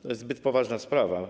To jest zbyt poważna sprawa.